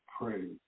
praise